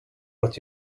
what